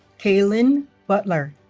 kalynn butler